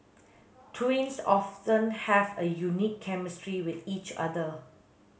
twins often have a unique chemistry with each other